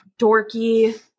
dorky